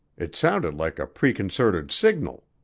it sounded like a preconcerted signal.